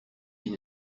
ils